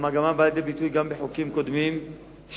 המגמה באה לידי ביטוי גם בחוקים קודמים שצמצמו